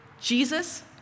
Jesus